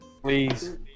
Please